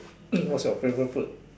what's your favourite food